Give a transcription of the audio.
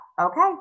okay